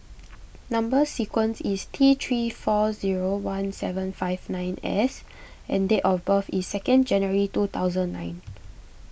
Number Sequence is T three four zero one seven five nine S and date of birth is second January two thousand nine